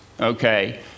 Okay